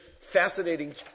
fascinating